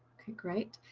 okay, great.